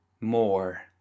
more